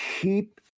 keep